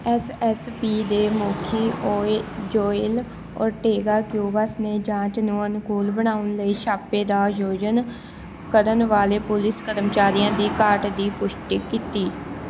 S S P ਦੇ ਮੁਖੀ ਓਏ ਜੋਏਲ ਓਰਟੇਗਾ ਕਿਊਵਸ ਨੇ ਜਾਂਚ ਨੂੰ ਅਨੁਕੂਲ ਬਣਾਉਣ ਲਈ ਛਾਪੇ ਦਾ ਆਯੋਜਨ ਕਰਨ ਵਾਲੇ ਪੁਲਿਸ ਕਰਮਚਾਰੀਆਂ ਦੀ ਘਾਟ ਦੀ ਪੁਸ਼ਟੀ ਕੀਤੀ